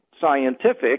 scientific